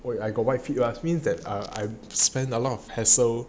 I got wide feet ah so that means that I spend a lot of hassle